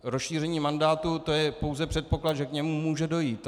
Rozšíření mandátu, to je pouze předpoklad, že k němu může dojít.